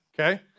okay